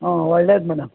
ಹ್ಞೂ ಒಳ್ಳೇದು ಮೇಡಮ್